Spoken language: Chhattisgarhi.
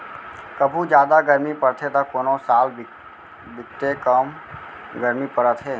कभू जादा गरमी परथे त कोनो साल बिकटे कम गरमी परत हे